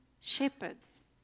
shepherds